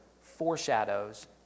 foreshadows